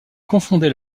confondait